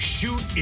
Shoot